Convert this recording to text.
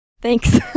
Thanks